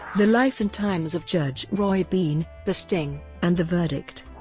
the life and times of judge roy bean, the sting, and the verdict.